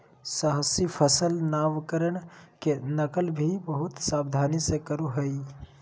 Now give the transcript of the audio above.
साहसी सफल नवकरण के नकल भी बहुत सावधानी से करो हइ